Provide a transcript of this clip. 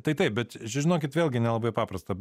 tai taip bet čia žinokit vėlgi nelabai paprasta